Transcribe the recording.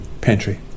pantry